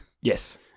Yes